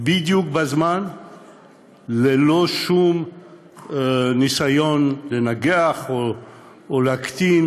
בדיוק בזמן וללא שום ניסיון לנגח או להקטין.